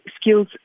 skills